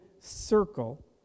circle